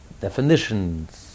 definitions